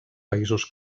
països